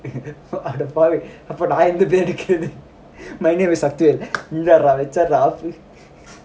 அடப்பாவிஅப்பநான்எங்கதேடிக்கறது:adappavi appa naan enga thedikkaradhu my name is sathiah இங்கபாருடாவச்சிடறேன்ஆப்பு:inga paruda vachidaren aappu